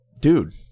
dude